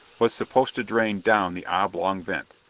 was supposed to drain down the oblong vent.